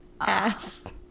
ass